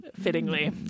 fittingly